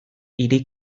hiri